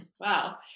wow